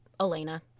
Elena